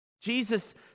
Jesus